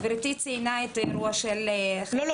גברתי ציינה את האירוע של --- לא,